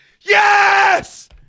Yes